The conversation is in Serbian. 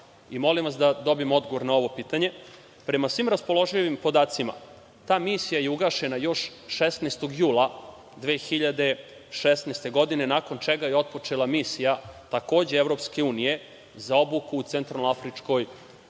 Molim vas da dobijem odgovor na ovo pitanje. Prema svim raspoloživim podacima, ta misija je ugažena još 16. jula 2016. godine, nakon čega je otpočela misija takođe Evropske unije za obuku u Centralnoafričkoj